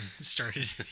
started